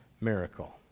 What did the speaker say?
miracle